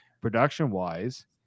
production-wise